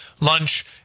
lunch